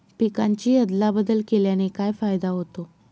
पिकांची अदला बदल केल्याने काय फायदा होतो?